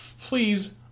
please